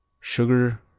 sugar